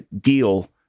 deal